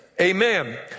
Amen